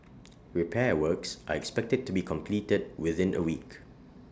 repair works are expected to be completed within A week